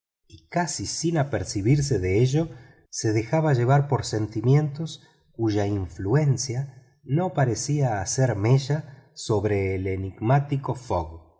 y casi sin percatarse de ello se dejaba llevar por sentimientos cuya influencia no parecía hacer mella sobre el enigmático fogg